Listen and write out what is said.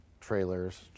trailers